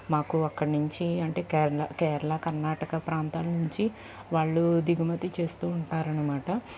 మాకు అక్కడనుంచి అంటే కేరళ కేరళ కర్ణాటక ప్రాంతం నుంచి వాళ్ళు దిగుమతి చేస్తూ ఉంటారనమాట